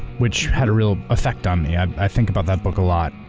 which had a real effect on me. i think about that book a lot,